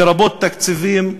לרבות תקציבים,